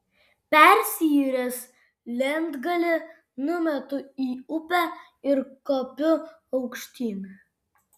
persiyręs lentgalį numetu į upę ir kopiu aukštyn